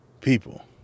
people